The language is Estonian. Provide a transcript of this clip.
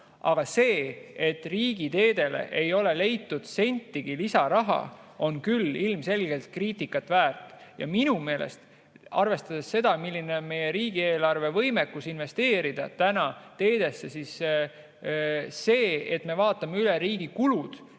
Aga see, et riigiteedele ei ole leitud sentigi lisaraha, on küll ilmselgelt kriitikat väärt. Minu meelest, arvestades seda, milline on meie riigieelarve võimekus investeerida teedesse, see, et me vaatame üle riigi kulud,